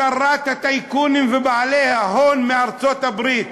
שרת הטייקונים ובעלי ההון מארצות-הברית,